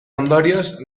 ondorioz